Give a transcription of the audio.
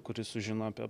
kuris sužino apie